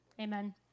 Amen